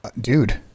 dude